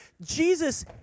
Jesus